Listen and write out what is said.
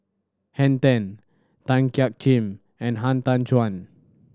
Henn Tan Tan Jiak Kim and Han Tan Juan